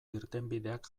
irtenbideak